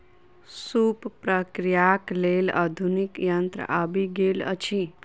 सूप प्रक्रियाक लेल आधुनिक यंत्र आबि गेल अछि